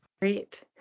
Great